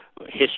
history